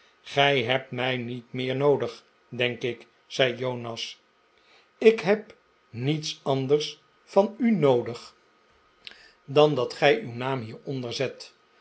gij hebt mij niet meer noodig denk ik zei jonas ik heb niets anders van u noodig dan dat gij uw naam hieronder zet